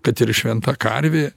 kad ir šventa karvė